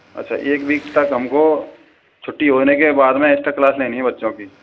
अच्छा एक वीक तक हम को छुट्टी होने के बाद में एक्स्ट्रा क्लास लेनी है बच्चों की